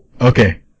Okay